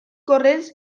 corrents